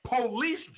Police